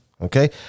okay